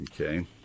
Okay